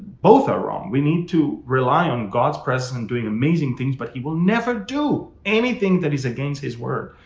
both are wrong. we need to rely on god's presence and doing amazing things, but he will never do anything that is against his word.